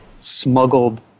smuggled